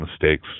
mistakes